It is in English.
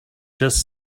just